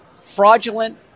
fraudulent